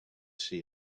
see